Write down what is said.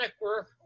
work